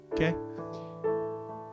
okay